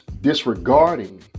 disregarding